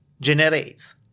generates